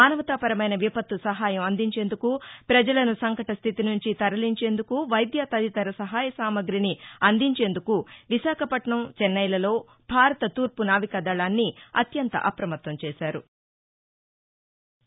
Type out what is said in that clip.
మానవతాపరమైన విపత్తు సహాయం అందించేందుకు ప్రజలను సంకట స్థితి నుంచి తరలించేందుకు వైద్య తదితర సహాయ సామాగ్రిని అందించేందుకు విశాఖపట్నం చెన్నెలలో భారత తూర్పు నావికాదళాన్ని అత్యంత అప్రమత్తం చేశారు